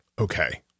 Okay